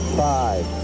five